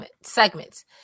segments